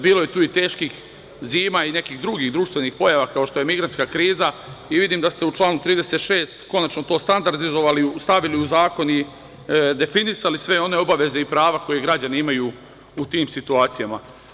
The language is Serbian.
Bilo je tu i teških zima, i nekih drugih društvenih pojava, kao što je migrantska kriza i vidim da ste u članu 36. konačno to stavili u zakon i definisali sve one obaveze i prava koje građani imaju u tim situacijama.